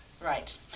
Right